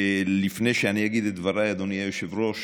לפני שאני אגיד את דבריי, אדוני היושב-ראש,